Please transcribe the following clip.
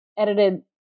edited